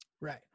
Right